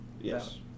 Yes